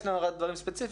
יש לנו עוד דברים ספציפיים.